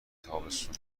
تابستون